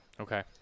Okay